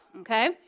okay